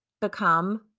become